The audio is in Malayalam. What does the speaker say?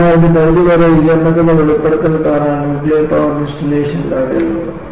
അതിനാൽ ഒരു പരിധിവരെ വികിരണത്തിന്റെ വെളിപ്പെടുത്തൽ കാരണം ന്യൂക്ലിയർ പവർ ഇൻസ്റ്റാളേഷൻ തകരുന്നു